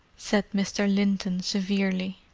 said mr. linton severely.